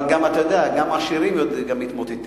אבל אתה יודע, גם העשירים מתמוטטים.